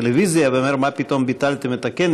אותנו כרגע בטלוויזיה ואומר: מה פתאום ביטלתם את הכנס,